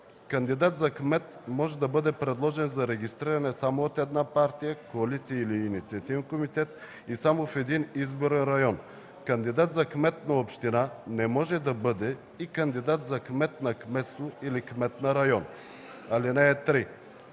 Кандидат за кмет може бъде предложен за регистриране само от една партия, коалиция или инициативен комитет и само в един изборен район. Кандидат за кмет на община не може да бъде и кандидат за кмет на кметство или кмет на район. (3)